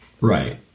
Right